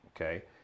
okay